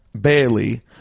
Bailey